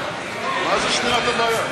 מה השטויות שאין בעיה?